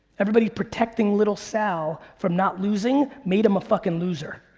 everybody protecting little sal from not losing, made him a fucking loser.